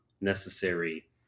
necessary